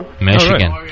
Michigan